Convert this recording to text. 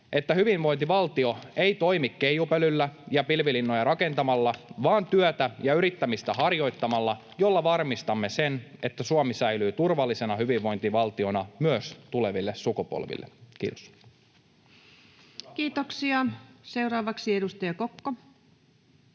että hyvinvointivaltio ei toimi keijupölyllä ja pilvilinnoja rakentamalla vaan työtä ja yrittämistä harjoittamalla, millä varmistamme, että Suomi säilyy turvallisena hyvinvointivaltiona myös tuleville sukupolville. — Kiitos. Kiitoksia. — Seuraavaksi edustaja Kokko.